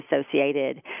associated